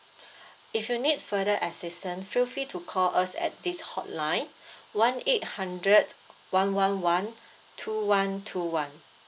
if you need further assistant feel free to call us at this hotline one eight hundred one one one two one two one